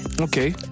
Okay